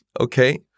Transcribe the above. Okay